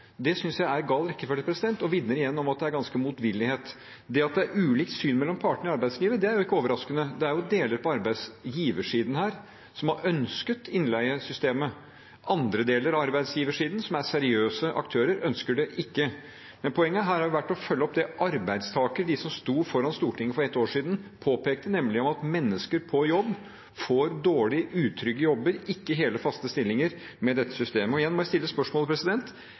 Det syns jeg er gal rekkefølge og vitner igjen om at det er ganske motvillig. Det at det er ulikt syn mellom partene i arbeidslivet, er ikke overraskende. Det er jo deler av arbeidsgiversiden som har ønsket innleiesystemet. Andre deler av arbeidsgiversiden, som er seriøse aktører, ønsker det ikke. Men poenget her har vært å følge opp det arbeidstakere, de som sto foran Stortinget for ett år siden, påpekte, nemlig at mennesker på jobb får dårlige, utrygge jobber og ikke hele, faste stillinger med dette systemet. Og igjen må jeg stille spørsmålet: